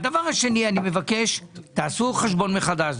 דבר שני, אני מבקש שתעשו חשבון מחדש.